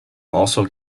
also